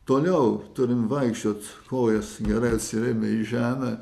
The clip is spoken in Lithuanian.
toliau turim vaikščiot kojas gerai atsirėmę į žemę